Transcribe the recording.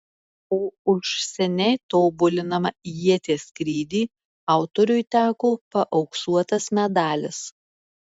o už seniai tobulinamą ieties skrydį autoriui teko paauksuotas medalis